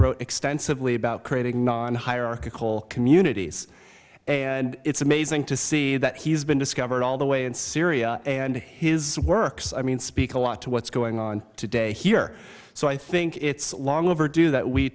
wrote extensively about creating nonhierarchical communities and it's amazing to see that he's been discovered all the way in syria and his works i mean speak a lot to what's going on today here so i think it's long overdue that we